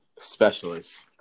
specialist